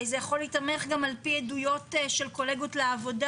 זה יכול להיתמך על-פי עדויות של קולגות לעבודה,